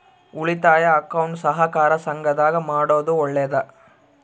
ಉಳಿತಾಯ ಅಕೌಂಟ್ ಸಹಕಾರ ಸಂಘದಾಗ ಮಾಡೋದು ಒಳ್ಳೇದಾ?